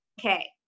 okay